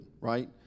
right